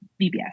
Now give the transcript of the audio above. VBS